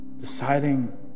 Deciding